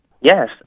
Yes